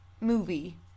movie